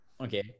Okay